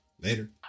Later